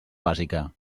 bàsica